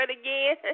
again